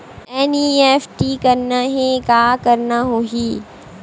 NEFT करना हे का करना होही?